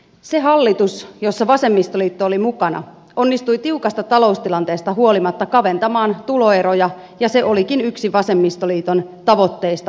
se hallitus jossa vasemmistoliitto oli mukana onnistui tiukasta taloustilanteesta huo limatta kaventamaan tuloeroja ja se olikin yk si vasemmistoliiton tavoitteista hallituksessa